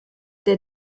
der